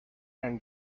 and